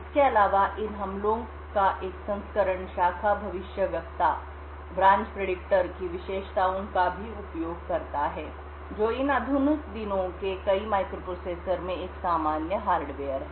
इसके अलावा इन हमलों का एक संस्करण शाखा भविष्यवक्ता ब्रांच प्रिडिक्टर की विशेषताओं का भी उपयोग करता है जो इन आधुनिक दिनों के कई माइक्रोप्रोसेसर में एक सामान्य हार्डवेयर है